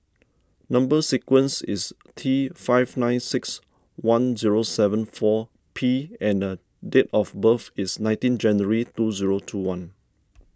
Number Sequence is T five nine six one zero seven four P and date of birth is nineteen January two zero two one